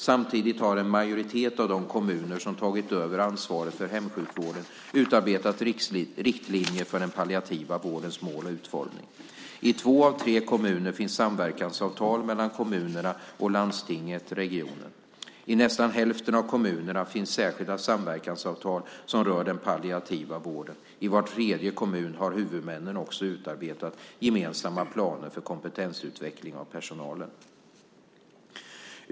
Samtidigt har en majoritet av de kommuner som tagit över ansvaret för hemsjukvården utarbetat riktlinjer för den palliativa vårdens mål och utformning. I två av tre kommuner finns samverkansavtal mellan kommunerna och landstinget/regionen. I nästan hälften av kommunerna finns särskilda samverkansavtal som rör den palliativa vården. I var tredje kommun har huvudmännen också utarbetat gemensamma planer för kompetensutveckling av personalen.